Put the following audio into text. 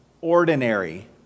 Ordinary